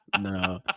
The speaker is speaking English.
no